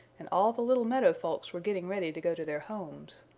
and all the little meadow folks were getting ready to go to their homes.